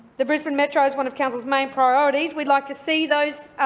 the brisbane metro is one of council's main priorities, we'd like to see those